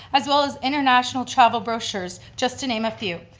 as well as international travel brochures, just to name a few.